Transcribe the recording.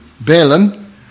Balaam